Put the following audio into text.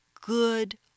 good